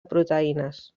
proteïnes